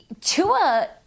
Tua